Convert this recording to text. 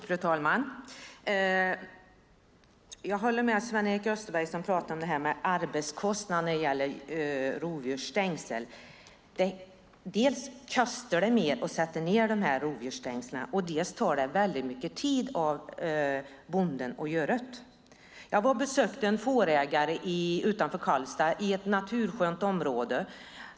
Fru talman! Jag håller med Sven-Erik Österberg, som pratar om arbetskostnaden när det gäller rovdjursstängsel. Dels kostar det mer att sätta ned rovdjursstängslen, dels tar det väldigt mycket tid för bonden att göra det. Jag var och besökte en fårägare utanför Karlstad i ett naturskönt område.